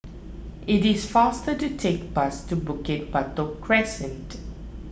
it is faster to take the bus to Bukit Batok Crescent